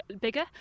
bigger